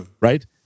right